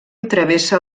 travessa